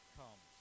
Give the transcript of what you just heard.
comes